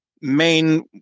main